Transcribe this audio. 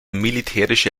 militärische